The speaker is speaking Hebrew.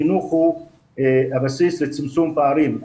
החינוך הוא הבסיס לצמצום פערים.